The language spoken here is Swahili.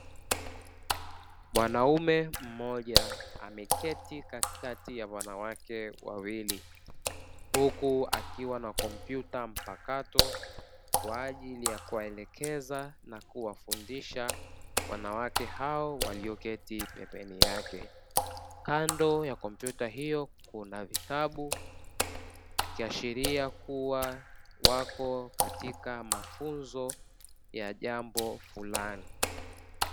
Mwanaume mmoja ameketi katikati ya wanawake wawili, huku akiwa na kompyuta mpakato kwa ajili ya kuwaelekeza na kuwafundisha wanawake hao walioketi pembeni yake. Kando ya kompyuta hiyo kuna vitabu, ikiashiria kuwa wako katika mafunzo ya jambo fulani.